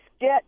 get